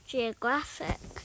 Geographic